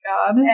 God